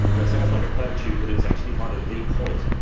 you know it sounds like a platitude but it's actually kind of the point.